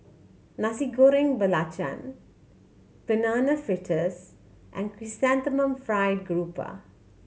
Nasi Goreng Belacan Banana Fritters and Chrysanthemum Fried Grouper